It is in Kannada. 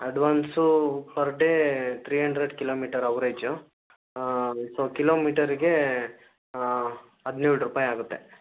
advance per day three hundred kilometre average so ಕಿಲೋಮೀಟರಿಗೆ ಹದಿನೇಳು ರೂಪಾಯಿ ಆಗುತ್ತೆ